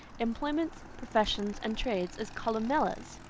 employments, professions, and trades as columella's.